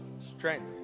Strength